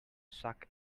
suck